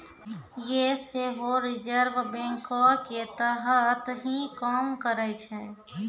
यें सेहो रिजर्व बैंको के तहत ही काम करै छै